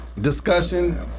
discussion